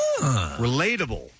Relatable